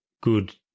good